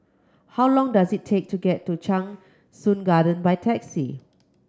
how long does it take to get to Cheng Soon Garden by taxi